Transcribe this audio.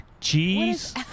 Cheese